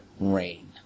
rain